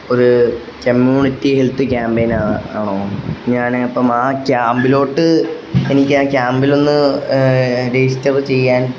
ഒരു community health campaign ആണോ ഞാന് ഇപ്പം ആ ക്യാമ്പിലോട്ട് എനിക്ക് ആ ക്യാമ്പിലൊന്ന് രജിസ്റ്ററ് ചെയ്യാൻ